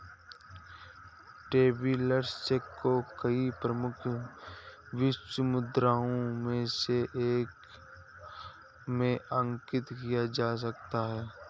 travellers cheque को कई प्रमुख विश्व मुद्राओं में से एक में अंकित किया जा सकता है